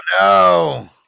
no